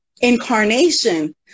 incarnation